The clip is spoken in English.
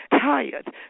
tired